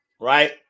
right